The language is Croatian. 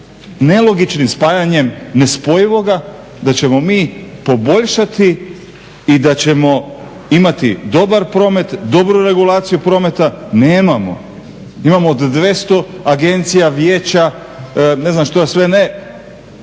nelogičnim spajanjem nespojivoga da ćemo mi poboljšati i da ćemo imati dobar promet, dobru regulaciju prometa, nemamo. Imamo 200 agencija, vijeća, ne znam što sve ne.